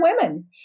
women